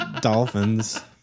dolphins